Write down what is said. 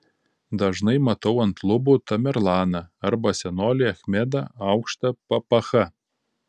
dažnai matau ant lubų tamerlaną arba senolį achmedą aukšta papacha